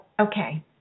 okay